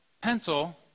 pencil